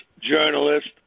journalist